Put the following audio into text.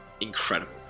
Incredible